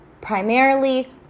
primarily